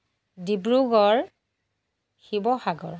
Dibrugarh Sivasagar